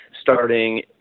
starting